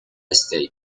state